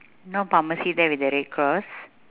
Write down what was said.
no pharmacy there with a red cross